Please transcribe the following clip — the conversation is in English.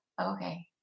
Okay